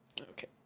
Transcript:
Okay